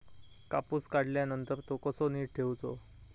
कापूस काढल्यानंतर तो कसो नीट ठेवूचो?